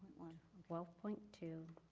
twelve point two,